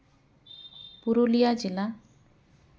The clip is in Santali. ᱯᱩᱨᱩᱞᱤᱭᱟᱹ ᱡᱮᱞᱟ